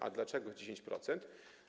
A dlaczego 10%?